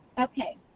Okay